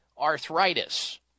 arthritis